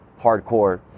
Hardcore